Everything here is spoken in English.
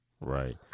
right